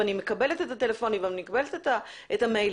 ואני מקבלת את הטלפונים ואני מקבלת את המיילים,